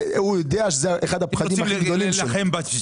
זה אחד הפחדים הכי גדולים שלו.